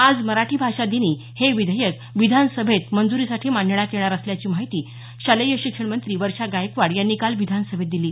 आज मराठी भाषा दिनी हे विधेयक विधानसभेत मंजूरीसाठी मांडण्यात येणार असल्याची माहिती शालेय शिक्षण मंत्री वर्षा गायकवाड यांनी काल विधानसभेत दिली